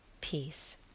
peace